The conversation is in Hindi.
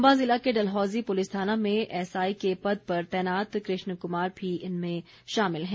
चंबा ज़िला के डलहौजी पुलिस थाना में एसआई के पद पर तैनात कृष्ण कुमार भी इनमें शामिल है